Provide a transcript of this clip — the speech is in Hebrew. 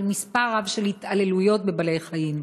על מספר רב של התעללויות בבעלי-חיים.